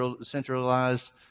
centralized